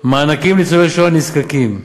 מענקים לניצולי שואה נזקקים,